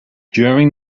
during